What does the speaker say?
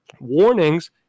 warnings